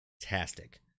Fantastic